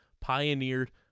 pioneered